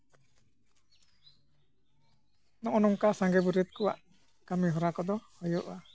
ᱱᱚᱜᱼᱚ ᱱᱚᱝᱠᱟ ᱥᱟᱸᱜᱮ ᱵᱟᱹᱨᱭᱟᱹᱛ ᱠᱚᱣᱟᱜ ᱠᱟᱹᱢᱤᱦᱚᱨᱟ ᱠᱚᱫᱚ ᱦᱩᱭᱩᱜᱼᱟ